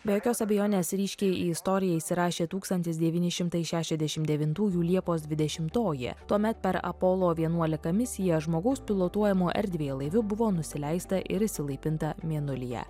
be jokios abejonės ryškiai į istoriją įsirašė tūkstantis devyni šimtai šešiasdešim devintųjų liepos dvidešimtoji tuomet per apolo vienuolika misiją žmogaus pilotuojamu erdvėlaiviu buvo nusileista ir išsilaipinta mėnulyje